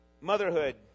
Motherhood